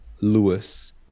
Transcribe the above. Lewis